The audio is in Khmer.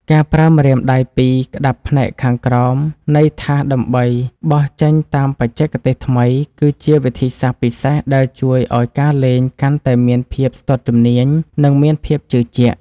ការប្រើម្រាមដៃពីរក្ដាប់ផ្នែកខាងក្រោមនៃថាសដើម្បីបោះចេញតាមបច្ចេកទេសថ្មី គឺជាវិធីសាស្ត្រពិសេសដែលជួយឱ្យការលេងកាន់តែមានភាពស្ទាត់ជំនាញ និងមានភាពជឿជាក់។